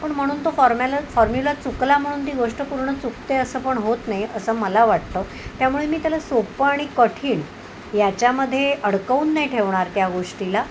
पण म्हणून तो फॉर्मॅल फॉर्म्युला चुकला म्हणून ती गोष्ट पूर्ण चुकते असं पण होत नाही असं मला वाटतं त्यामुळे मी त्याला सोप्पं आणि कठीण याच्यामध्ये अडकवून नाही ठेवणार त्या गोष्टीला